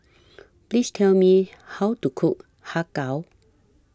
Please Tell Me How to Cook Har Kow